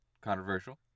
controversial